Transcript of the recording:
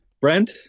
Brent